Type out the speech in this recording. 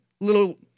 little